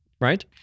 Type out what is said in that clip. right